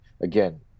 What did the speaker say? again